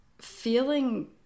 feeling